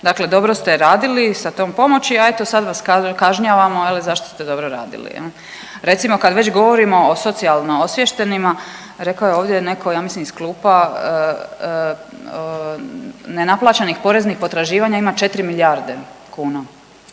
dakle dobro ste radili sa tom pomoći, a eto sad vas kažnjavamo je li zašto ste dobro radili jel. Recimo kad već govorimo o socijalno osviještenima, rekao je ovdje neko ja mislim iz klupa nenaplaćenih poreznih potraživanja ima 4 milijarde kuna,